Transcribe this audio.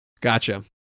Gotcha